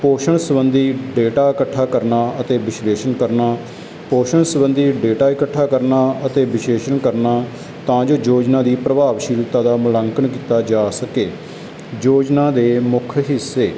ਪੋਸ਼ਣ ਸੰਬੰਧੀ ਡੇਟਾ ਇਕੱਠਾ ਕਰਨਾ ਅਤੇ ਵਿਸ਼ਲੇਸ਼ਣ ਕਰਨਾ ਪੋਸ਼ਣ ਸੰਬੰਧੀ ਡੇਟਾ ਇੱਕਠਾ ਕਰਨਾ ਅਤੇ ਵਿਸ਼ੇਸ਼ਣ ਕਰਨਾ ਤਾਂ ਜੋ ਯੋਜਨਾ ਦੀ ਪ੍ਰਭਾਵਸ਼ੀਲਤਾ ਦਾ ਮੁਲਾਂਕਣ ਕੀਤਾ ਜਾ ਸਕੇ ਯੋਜਨਾ ਦੇ ਮੁੱਖ ਹਿੱਸੇ